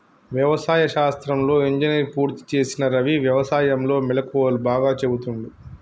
వ్యవసాయ శాస్త్రంలో ఇంజనీర్ పూర్తి చేసిన రవి వ్యసాయం లో మెళుకువలు బాగా చెపుతుండు